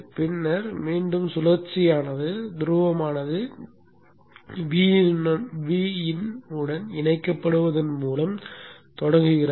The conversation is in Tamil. பின்னர் மீண்டும் சுழற்சியானது துருவமானது V இன் உடன் இணைக்கப்படுவதன் மூலம் தொடங்குகிறது